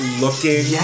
looking